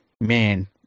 man